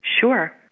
Sure